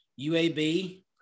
UAB